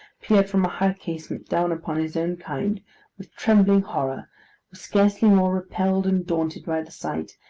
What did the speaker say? peered from a high casement down upon his own kind with trembling horror, was scarcely more repelled and daunted by the sight,